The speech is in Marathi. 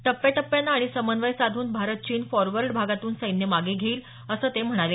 टप्प्याटप्प्यानं आणि समन्वय साधून भारत चीन फॉरवर्ड भागातून सैन्य मागे घेईल असं ते म्हणाले